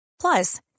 Plus